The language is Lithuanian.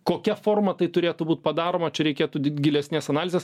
kokia forma tai turėtų būt padaroma čia reikėtų gilesnės analizės